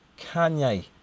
Kanye